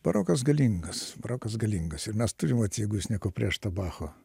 barokas galingas barokas galingas ir mes turim vat jeigu jūs nieko prieš tą bacho